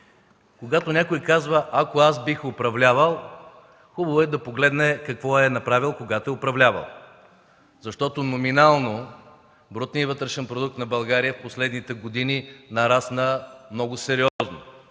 Когато някой казва „ако аз бих управлявал“, хубаво е да погледне какво е направил, когато е управлявал, защото номинално брутният вътрешен продукт на България в последните години нарасна много сериозно.